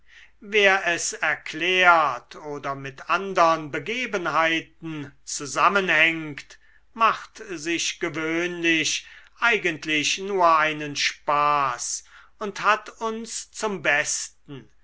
wer es erklärt oder mit andern begebenheiten zusammenhängt macht sich gewöhnlich eigentlich nur einen spaß und hat uns zum besten